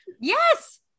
Yes